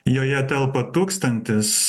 joje telpa tūkstantis